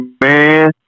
man